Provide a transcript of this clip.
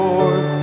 Lord